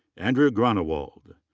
andrew groenewold.